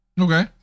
okay